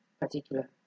particular